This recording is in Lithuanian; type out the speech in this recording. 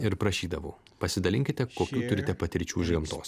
ir prašydavau pasidalinkite kokių turite patirčių iš gamtos